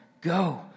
Go